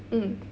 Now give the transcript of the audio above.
mm